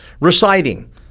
reciting